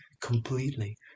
completely